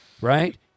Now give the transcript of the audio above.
Right